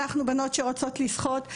אנחנו בנות שרוצות לשחות,